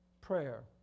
Prayer